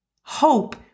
Hope